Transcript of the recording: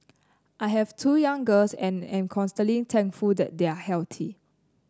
I have two young girls and am constantly thankful that they are healthy